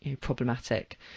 problematic